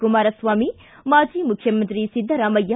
ಕುಮಾರಸ್ವಾಮಿ ಮಾಜಿ ಮುಖ್ಯಮಂತ್ರಿ ಸಿದ್ದರಾಮಯ್ಯ